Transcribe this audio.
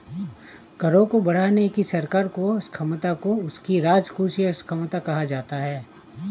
करों को बढ़ाने की सरकार की क्षमता को उसकी राजकोषीय क्षमता कहा जाता है